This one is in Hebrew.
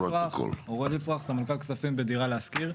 אוראל יפרח סמנכ"ל כספים בדירה להשכיר.